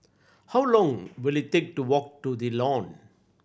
how long will it take to walk to The Lawn